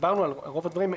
דיברנו על רוב הדברים.